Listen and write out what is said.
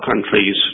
countries